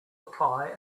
apply